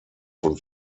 von